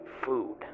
food